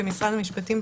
כמשרד המשפטים,